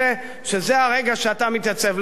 שזה הרגע שאתה מתייצב לדגל.